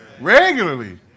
Regularly